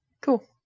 Cool